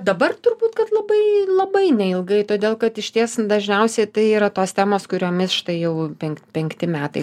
dabar turbūt kad labai labai neilgai todėl kad išties dažniausiai tai yra tos temos kuriomis štai jau penk penkti metai